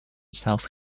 south